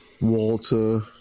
walter